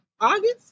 August